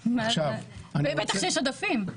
בטח כאשר יש עודפים.